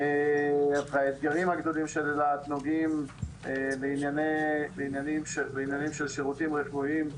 והאתגרים הגדולים של אילת נוגעים בעניינים של שירותים רפואיים.